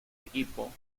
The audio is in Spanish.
equipo